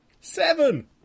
Seven